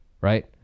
right